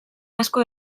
asko